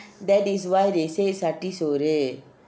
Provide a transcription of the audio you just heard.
that is why they say satti soru soru